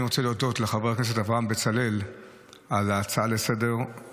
אני רוצה להודות לחבר הכנסת אברהם בצלאל על ההצעה לסדר-היום.